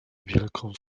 wielką